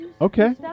Okay